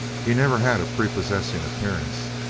he never had a prepossessing appearance,